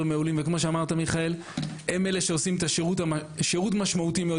וכמו שאמרת מיכאל הם אלו שעושים את השירות המשמעותי מאוד.